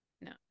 No